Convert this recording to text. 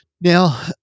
Now